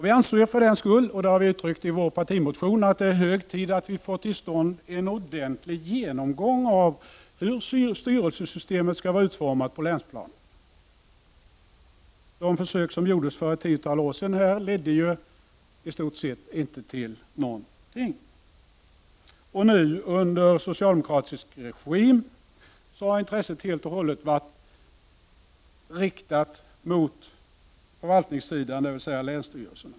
Vi anser för den sakens skull — vilket vi har uttryckt i vår partimotion — att det är hög tid att vi får till stånd en ordentlig genomgång av hur styrelsesystemet skall vara utformat på länsplanet. De försök som gjordes för ett tiotal år sedan ledde i stort sett inte till någonting. Under socialdemokraternas regi har intresset nu helt och hållet varit inriktat mot förvaltningssidan, dvs. mot länsstyrelserna.